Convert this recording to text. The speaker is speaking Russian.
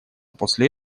после